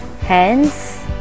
hence